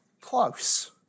close